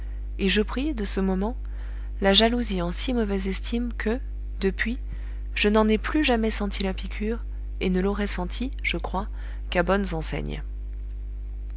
et je pris de ce moment la jalousie en si mauvaise estime que depuis je n'en ai plus jamais senti la piqûre et ne l'aurais sentie je crois qu'à bonnes enseignes